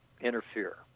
interfere